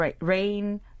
rain